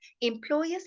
Employers